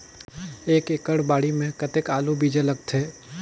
एक एकड़ बाड़ी मे कतेक आलू बीजा लगथे?